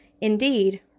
Indeed